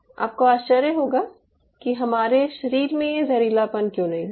आपको आश्चर्य होगा कि हमारे शरीर में ये ज़हरीलापन क्यों नहीं होता